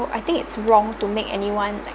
so I think it's wrong to make anyone like